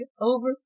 over